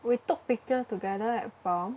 we took pictures together at prom